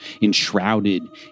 enshrouded